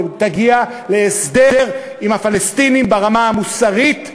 ותגיע להסדר עם הפלסטינים ברמה המוסרית,